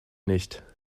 nicht